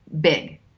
big